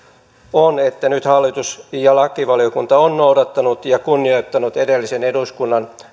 on että hallitus ja lakivaliokunta ovat nyt noudattaneet ja kunnioittaneet edellisen eduskunnan